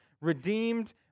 redeemed